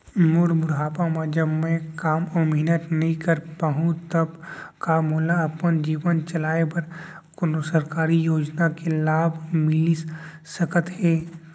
मोर बुढ़ापा मा जब मैं काम अऊ मेहनत नई कर पाहू तब का मोला अपन जीवन चलाए बर कोनो सरकारी योजना के लाभ मिलिस सकत हे?